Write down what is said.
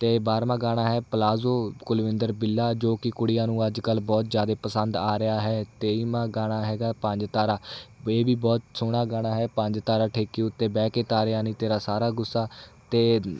ਅਤੇ ਬਾਰ੍ਹਵਾਂ ਗਾਣਾ ਹੈ ਪਲਾਜੋ ਕੁਲਵਿੰਦਰ ਬਿੱਲਾ ਜੋ ਕਿ ਕੁੜੀਆਂ ਨੂੰ ਅੱਜ ਕੱਲ੍ਹ ਬਹੁਤ ਜ਼ਿਆਦਾ ਪਸੰਦ ਆ ਰਿਹਾ ਹੈ ਤੇਈਵਾਂ ਗਾਣਾ ਹੈਗਾ ਪੰਜ ਤਾਰਾ ਵੀ ਇਹ ਵੀ ਬਹੁਤ ਸੋਹਣਾ ਗਾਣਾ ਹੈ ਪੰਜ ਤਾਰਾ ਠੇਕੇ ਉੱਤੇ ਬਹਿ ਕੇ ਤਾਰਿਆਂ ਨੇ ਤੇਰਾ ਸਾਰਾ ਗੁੱਸਾ ਅਤੇ